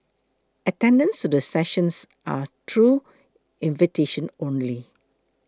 attendance to the sessions are through invitation only